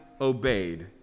obeyed